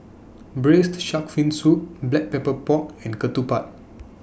Braised Shark Fin Soup Black Pepper Pork and Ketupat